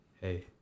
hey